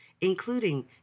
including